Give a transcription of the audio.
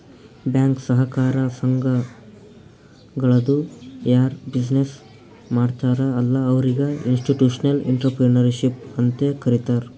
bank, ಸಹಕಾರ ಸಂಘಗಳದು ಯಾರ್ ಬಿಸಿನ್ನೆಸ್ ಮಾಡ್ತಾರ ಅಲ್ಲಾ ಅವ್ರಿಗ ಇನ್ಸ್ಟಿಟ್ಯೂಷನಲ್ ಇಂಟ್ರಪ್ರಿನರ್ಶಿಪ್ ಅಂತೆ ಕರಿತಾರ್